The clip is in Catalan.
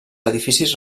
edificis